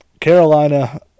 Carolina